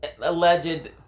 alleged